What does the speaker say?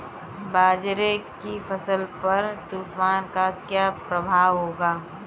बाजरे की फसल पर तूफान का क्या प्रभाव होगा?